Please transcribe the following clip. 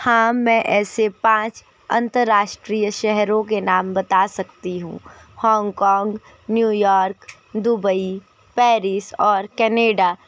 हाँ मैं ऐसे पाँच अंतर्राष्ट्रीय शहरों के नाम बता सकती हूँ होंगकोंग न्यूयॉर्क दुबई पैरिस और कनाडा